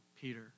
Peter